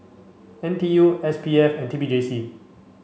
N T U S P F and T P J C